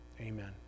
Amen